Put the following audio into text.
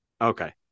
Okay